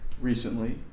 recently